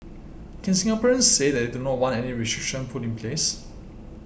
can Singaporeans say that they do not want any restriction put in place